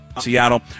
Seattle